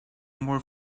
more